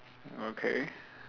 okay